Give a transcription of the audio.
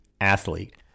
athlete